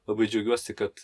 labai džiaugiuosi kad